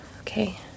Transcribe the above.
Okay